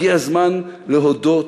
הגיע הזמן להודות